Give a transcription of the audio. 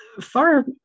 far